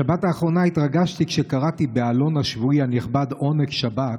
בשבת האחרונה התרגשתי כשקראתי בעלון השבועי הנכבד עונג שבת,